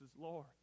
Lord